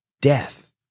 death